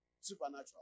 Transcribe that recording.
Supernatural